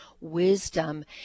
wisdom